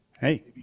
hey